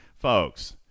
Folks